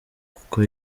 kuko